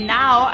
now